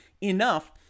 enough